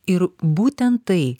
ir būtent tai